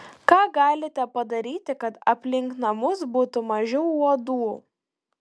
ką galite padaryti kad aplink namus būtų mažiau uodų